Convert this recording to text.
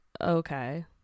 Okay